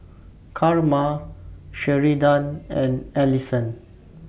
Karma Sheridan and Allyson